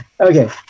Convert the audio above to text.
okay